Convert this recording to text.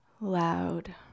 loud